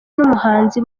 n’umuhanzi